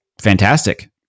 fantastic